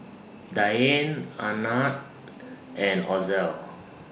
Dianne Arnett and Ozell